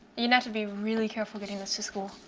you know to be really careful bringing this to school.